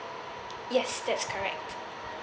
yes that's correct